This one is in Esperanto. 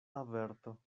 averto